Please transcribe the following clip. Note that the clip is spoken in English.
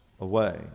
away